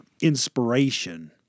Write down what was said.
inspiration